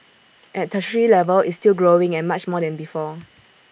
at tertiary level it's still growing and much more than before